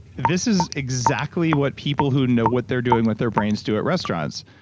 this is exactly what people who know what they're doing, what their brains do at restaurants.